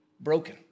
broken